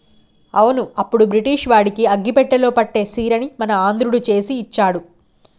అవును అప్పుడు బ్రిటిష్ వాడికి అగ్గిపెట్టెలో పట్టే సీరని మన ఆంధ్రుడు చేసి ఇచ్చారు